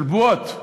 של בועות.